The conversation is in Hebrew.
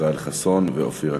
ישראל חסון ואופיר אקוניס.